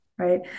Right